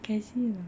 can see or not